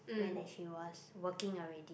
when she was working already